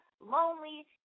lonely